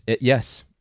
Yes